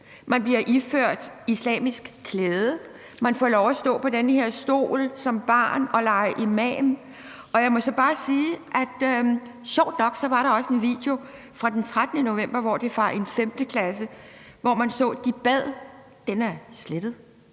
Man bliver iført islamiske klæder. Man får som barn lov at stå på den her stol og lege imam. Jeg må så bare sige, at sjovt nok var der også en video fra den 13. november, hvor man så, at en 5. klasse bad. Den er slettet.